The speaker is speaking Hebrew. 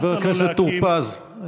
חבר הכנסת טור פז,